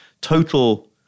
total